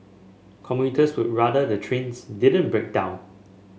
commuters would rather the trains didn't break down